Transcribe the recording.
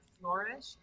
flourish